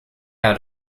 out